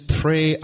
pray